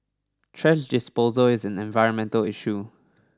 trash disposal is an environmental issue